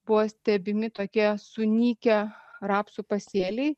buvo stebimi tokie sunykę rapsų pasėliai